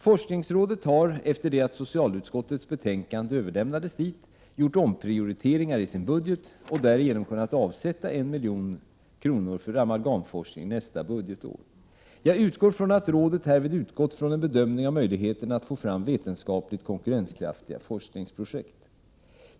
Forskningsrådet har, efter det att socialutskottets betänkande överlämnades dit, gjort omprioriteringar i sin budget och därigenom kunnat avsätta 1 milj.kr. för amalgamforskning nästa budgetår. Jag förutsätter att rådet härvid utgått från en bedömning av möjligheterna att få fram vetenskapligt konkurrenskraftiga forskningsprojekt.